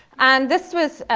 and this was